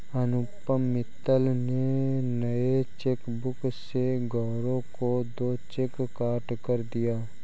अनुपम मित्तल ने नए चेकबुक से गौरव को दो चेक काटकर दिया